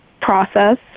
process